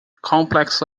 complex